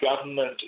government